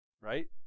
right